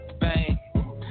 Bang